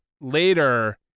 later